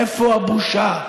איפה הבושה?